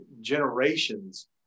generations